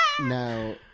Now